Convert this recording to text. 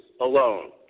alone